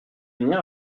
venir